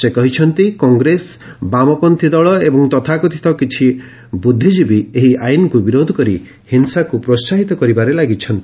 ସେ କହିଛନ୍ତି କଂଗ୍ରେସ ବାମପତ୍ରୀ ଦଳ ଏବଂ ତଥାକଥିତ କିଛି ବୁଦ୍ଧିଜୀବୀ ଏହି ଆଇନକୁ ବିରୋଧ କରି ହିଂସାକୁ ପ୍ରୋହାହିତ କରିବାରେ ଲାଗିଛନ୍ତି